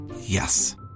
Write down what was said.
Yes